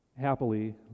Happily